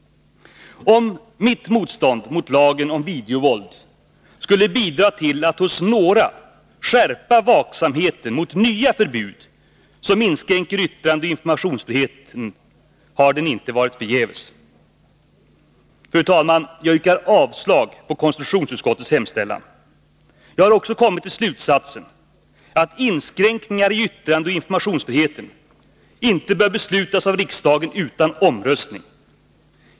Om mitt motstånd mot lagen om videovåld skulle bidra till att hos några skärpa vaksamheten mot nya förbud som inskränker yttrandeoch informationsfriheten, har det inte varit förgäves. Fru talman! Jag yrkar avslag på konstitutionsutskottets hemställan. Jag har också kommit till slutsatsen att inskränkningar i yttrandeoch informationsfriheten inte bör beslutas av riksdagen utan omröstning.